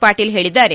ಪಾಟೀಲ್ ಹೇಳಿದ್ದಾರೆ